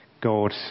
God